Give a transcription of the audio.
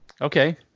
Okay